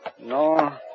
No